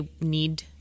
need